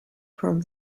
from